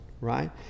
right